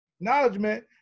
acknowledgement